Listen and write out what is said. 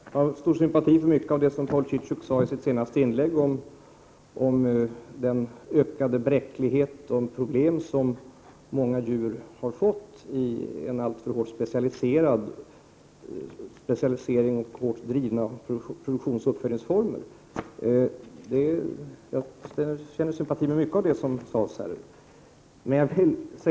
Herr talman! Jag känner stor sympati för mycket av det Paul Ciszuk sadei 16 maj 1989 sitt senaste inlägg om den ökade bräckligheten och de problem som många djur har fått i produktionsoch uppfödningsformer som är alltför hårt drivna till specialisering. Jag känner sympati för mycket av det som sades här.